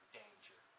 danger